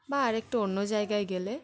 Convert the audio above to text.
বা আরেকটু অন্য জায়গায় গেলে